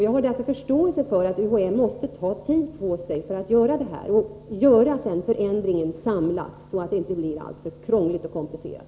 Jag har därför förståelse för att UHÄ måste ta tid på sig för att göra förändringen samlad, så att det inte återigen blir alltför krångligt och komplicerat.